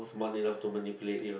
one enough to manipulate you know